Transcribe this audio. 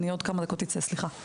אני אצא עוד כמה דקות, סליחה.